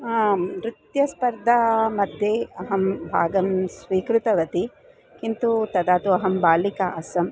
आं नृत्यस्पर्धामध्ये अहं भागं स्वीकृतवती किन्तु तदा तु अहं बालिका आसम्